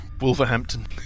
Wolverhampton